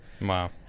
Wow